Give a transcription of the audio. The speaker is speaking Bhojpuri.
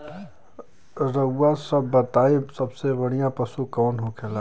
रउआ सभ बताई सबसे बढ़ियां पशु कवन होखेला?